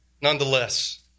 nonetheless